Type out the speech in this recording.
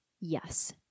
Yes